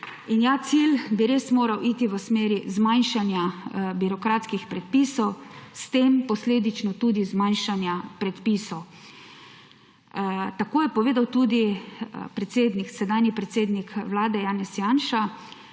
In ja, cilj bi res moral iti v smeri zmanjšanja birokratskih predpisov, s tem posledično tudi zmanjšanja predpisov. Tako je povedal tudi sedanji predsednik Vlade Janez Janša